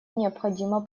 необходимо